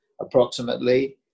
approximately